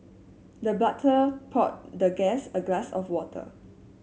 the butler poured the guest a glass of water